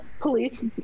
police